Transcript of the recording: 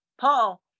Paul